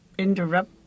interrupt